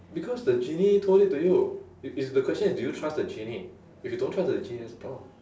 because the genie told it to you if it's the question is do you trust the genie if you don't trust the genie that's the problem